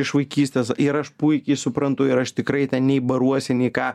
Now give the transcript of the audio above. iš vaikystės ir aš puikiai suprantu ir aš tikrai ten nei baruosi nei ką